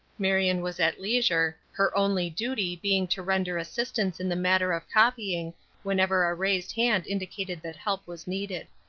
marion was at leisure, her only duty being to render assistance in the matter of copying wherever a raised hand indicated that help was needed.